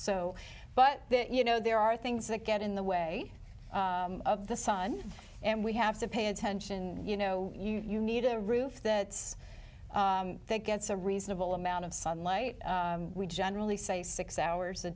so but you know there are things that get in the way of the sun and we have to pay attention you know you need a roof that's gets a reasonable amount of sunlight we generally say six hours a